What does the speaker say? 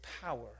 power